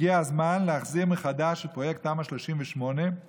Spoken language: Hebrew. הגיע הזמן להחזיר מחדש את פרויקט תמ"א 38,